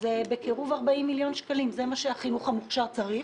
זה בקירוב 40 מיליון שקלים זה מה שהחינוך המוכשר צריך